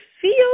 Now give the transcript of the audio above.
feel